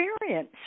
experience